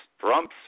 Trump's